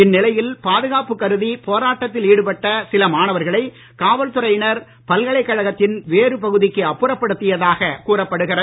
இந்நிலையில் பாதுகாப்பு கருதி போராட்டத்தில் ஈடுபட்ட சில மாணவர்களை காவல் துறையினர் பல்கலைக்கழகத்தின் வேறு பகுதிக்கு அப்புறப்படுத்தியதாக கூறப்படுகிறது